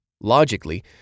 Logically